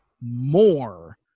more